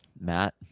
Matt